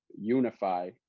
unify